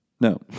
No